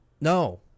no